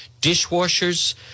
dishwashers